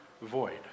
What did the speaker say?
void